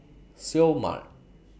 Seoul Mart